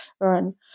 earn